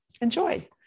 enjoy